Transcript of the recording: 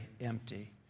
empty